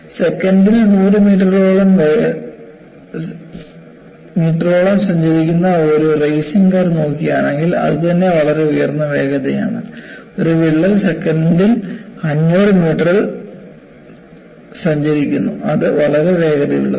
സെക്കൻഡിൽ 100 മീറ്ററോളം സഞ്ചരിക്കുന്ന ഒരു റേസിംഗ് കാർ നോക്കുകയാണെങ്കിൽഅതുതന്നെ വളരെ ഉയർന്ന വേഗത ആണ് ഒരു വിള്ളൽ സെക്കൻഡിൽ 500 മീറ്ററിൽ സഞ്ചരിക്കുന്നു അത് വളരെ വേഗതയുള്ളതാണ്